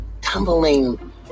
tumbling